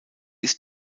ist